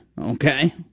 Okay